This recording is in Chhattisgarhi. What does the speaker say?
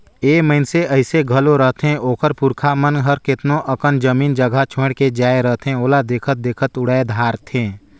ए मइनसे अइसे घलो रहथें ओकर पुरखा मन हर केतनो अकन जमीन जगहा छोंएड़ के जाए रहथें ओला देखत देखत उड़ाए धारथें